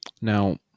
Now